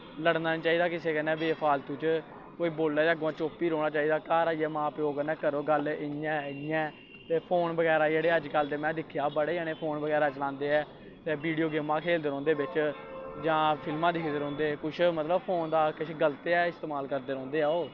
लड़ना निं चाहिदा कुसै कन्नै बे फालतू च कोई बोल्लै ते चुप्प ई रौह्ना चाहिदा ऐ घर आइयै मां प्यो कन्नै करो गल्ल इ'यां ऐ इ'यां ऐ ते फोन बगैरा जेह्ड़े अजकल्ल दे मैं दिक्खेआ बड़े जने फोन बगैरा चलांदे ऐ वीडियो गेमां खेलदे रौंह्दे बिच्च जां फिल्मां दिक्खदे रौंह्दे कुछ मतलब फोन दा किश गल्त गै इस्तेमाल करदे रौंह्दे ऐ ओह्